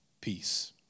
Peace